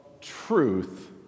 truth